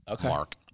mark